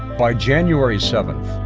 by january seventh,